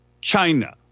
China